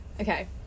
Okay